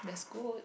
that's good